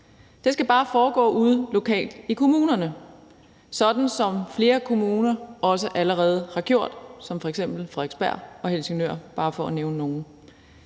det skal bare foregå ude lokalt i kommunerne, sådan som flere kommuner også allerede har gjort, som f.eks. Frederiksberg og Helsingør for bare at nævne nogle.